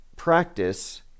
practice